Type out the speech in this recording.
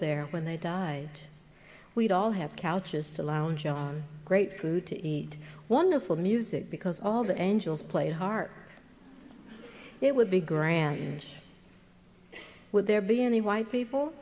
there when they died we'd all have couches to lounge and great food to eat wonderful music because all the angels play heart it would be granted would there be any white people